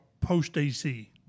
post-AC